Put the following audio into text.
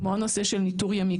כמו הנושא של ניטור ימי,